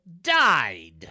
died